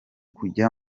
kujya